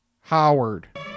Howard